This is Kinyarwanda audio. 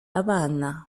abana